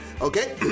Okay